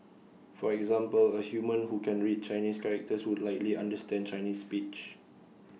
for example A human who can read Chinese characters would likely understand Chinese speech